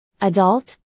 Adult